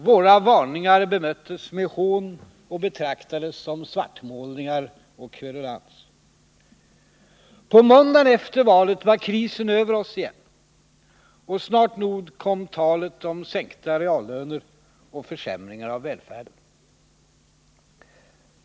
Våra varningar bemöttes med hån och betraktades som svartmålningar och kverulans. På måndagen efter valet var krisen över oss igen, och snart kom talet om sänkta reallöner och försämringar av välfärden.